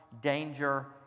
danger